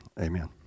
amen